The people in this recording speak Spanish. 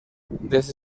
desde